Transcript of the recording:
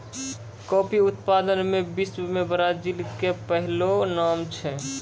coffee उत्पादन मॅ विश्व मॅ ब्राजील के पहलो नाम छै